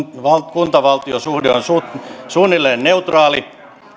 kunta valtio suhde on suunnilleen neutraali